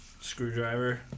Screwdriver